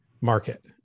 market